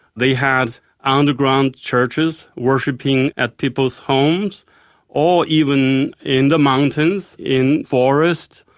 they had ah underground churches, worshipping at people's homes or even in the mountains, in forests,